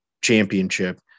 championship